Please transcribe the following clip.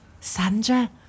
Sandra